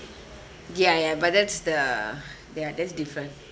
ya ya but that's the ya that's different